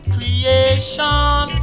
Creation